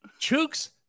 Chooks